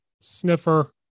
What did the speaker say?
sniffer